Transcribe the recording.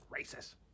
racist